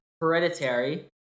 hereditary